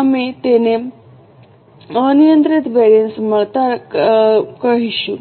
અમે તેને અનિયંત્રિત વેરિએન્સ મળતાં કહેશું